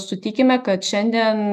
sutikime kad šiandien